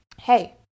hey